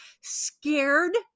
Scared